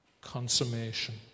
consummation